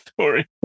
story